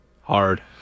hard